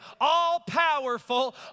all-powerful